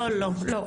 לא, לא.